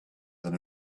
than